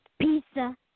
Pizza